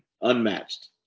unmatched